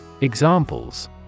Examples